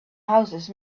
houses